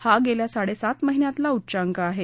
हा गेल्या साडेसात महिन्यातला उच्चाक आहे